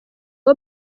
uwo